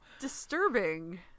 Disturbing